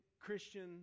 Christian